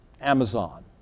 Amazon